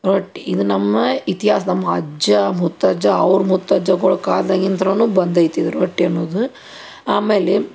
ರೊಟ್ಟಿ ಇದು ನಮ್ಮ ಇತಿಹಾಸ ನಮ್ಮ ಅಜ್ಜ ಮುತ್ತಜ್ಜ ಅವ್ರ ಮುತ್ತಜ್ಜಗಳ ಕಾಲ್ದಾಗಿಂತನು ಬಂದೈತಿ ಇದು ರೊಟ್ಟಿ ಅನ್ನುವುದು ಆಮೇಲೆ